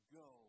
go